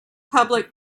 public